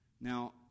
Now